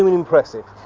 um and impressive.